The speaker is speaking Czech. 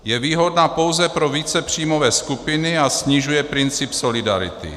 Je výhodná pouze pro vícepříjmové skupiny a snižuje princip solidarity.